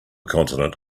continent